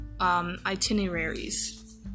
itineraries